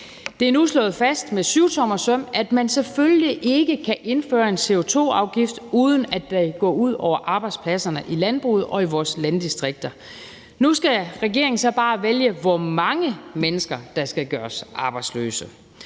Det er nu slået fast med syvtommersøm, at man selvfølgelig ikke kan indføre en CO2-afgift, uden at det går ud over arbejdspladserne i landbruget og i vores landdistrikter. Nu skal regeringen så bare vælge, hvor mange mennesker der skal gøres arbejdsløse.